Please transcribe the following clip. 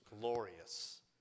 glorious